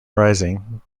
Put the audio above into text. rising